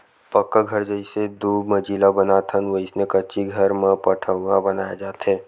पक्का घर जइसे दू मजिला बनाथन वइसने कच्ची घर म पठउहाँ बनाय जाथे